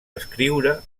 escriure